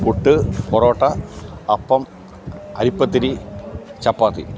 puttu porotta appam aripathiri ചപ്പാത്തി